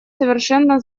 совершенно